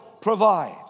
provide